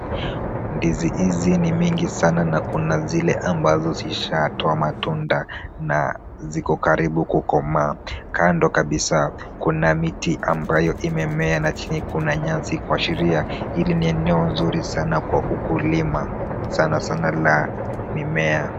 Ndizi hizi ni mingi sana na kuna zile zishatoa matunda na ziko karibu kukomaa ,kando kabisa kuna miti ambayo imemea na chini Kuna nyasi kuashiria hili ni eneo nzuri la ukulima sana sana mimea.